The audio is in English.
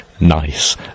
nice